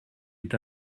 est